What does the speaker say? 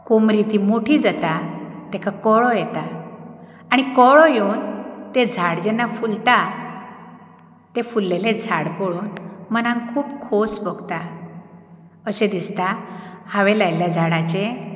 कोमरी ती मोठी जाता ताका कळो येता आनी कळो येवन तें झाड जेन्ना फुलता तें फुललेलें झाड पळोवन मनाक खूब खोस भोगता अशें दिसता हांवें लायल्ल्या झाडाचें